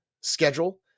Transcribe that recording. schedule